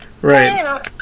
Right